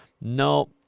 no